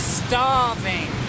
starving